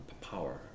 power